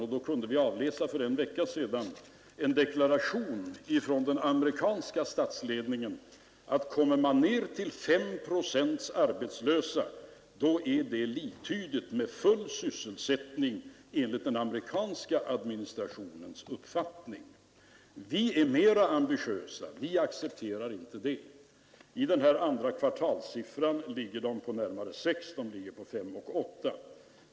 Därvidlag kunde han avläsa för en vecka sedan en deklaration ifrån den amerikanska statsledningen att, om man kommer ned till 5 procent arbetslösa, är det liktydigt med full sysselsättning enligt den amerikanska administrationens uppfattning. Vi är mera ambitiösa, vi accepterar inte det. I den här siffran för andra kvartalet ligger USA på närmare 6 procent, nämligen på 5,8 procent.